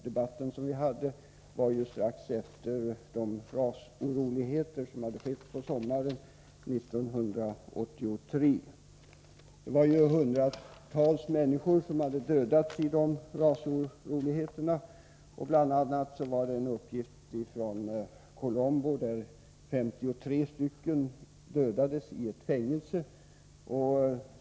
Debatten jag deltog i hölls strax efter rasoroligheterna sommaren 1983, då hundratals människor dödades. Enligt uppgift dödades 53 människor i ett fängelse i Colombo.